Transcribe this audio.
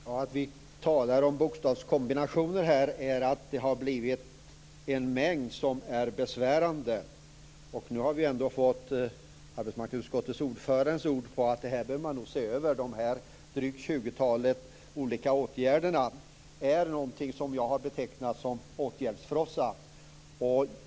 Herr talman! Vi talar om bokstavskombinationer därför att det har blivit en besvärande mängd sådana. Nu har vi fått arbetsmarknadsutskottets ordförandes ord på att detta behöver ses över. Det här dryga tjugotalet olika åtgärder är något som jag betecknar som åtgärdsfrossa.